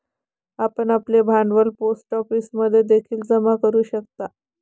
आपण आपले भांडवल पोस्ट ऑफिसमध्ये देखील जमा करू शकता